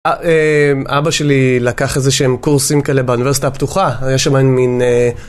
אבא שלי לקח איזה שהם קורסים כאלה באוניברסיטה הפתוחה, היה שם מין...